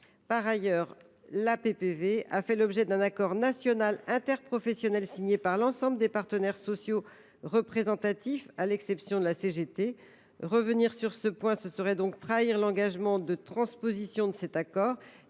Par ailleurs, la PPV a fait l’objet d’un accord national interprofessionnel, signé par l’ensemble des partenaires sociaux représentatifs, à l’exception de la CGT. Revenir sur ce point serait trahir l’engagement de transposition de cet accord